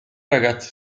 ragazzo